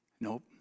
Nope